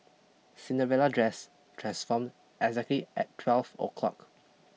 Cinderella dress transformed exactly at twelve o'clock